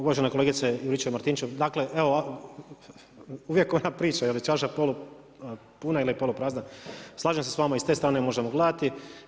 Uvažena kolegice Juričev-Martinčev, dakle evo uvijek ona priča je li čaša polupuna ili poluprazna, slažem s vama i s te strane možemo gledati.